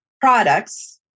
products